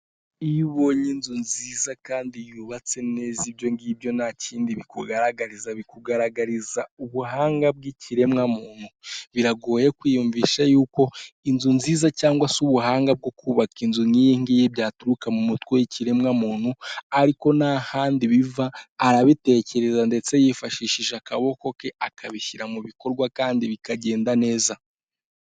Iyo ubonye inzu nziza kandi yubatse neza ibyo ngibyo nta kindi bikugaragariza bikugaragariza ubuhanga bw'ikiremwamuntu, biragoye kwiyumvisha yuko inzu nziza cyangwa se ubuhanga bwo kubaka inzu nk'iyi ngiyi byaturuka mu mutwe w'ikiremwamuntu, ariko nta handi biva arabitekereza ndetse yifashishije akaboko ke akabishyira mu bikorwa kandi bikagenda neza.